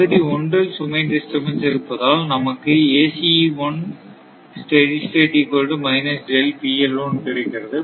பகுதி ஒன்றில் சுமை டிஸ்டர்பன்ஸ் இருப்பதால் நமக்கு கிடைக்கிறது